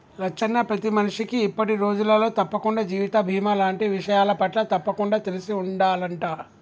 లచ్చన్న ప్రతి మనిషికి ఇప్పటి రోజులలో తప్పకుండా జీవిత బీమా లాంటి విషయాలపట్ల తప్పకుండా తెలిసి ఉండాలంట